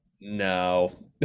no